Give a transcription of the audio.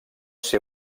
ser